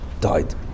Died